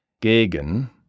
gegen